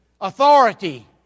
authority